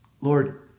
Lord